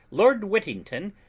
lord whittington,